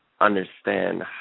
understand